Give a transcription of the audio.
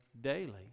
daily